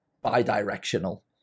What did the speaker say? bi-directional